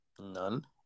None